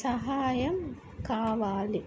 సహాయం కావాలి